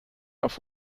auf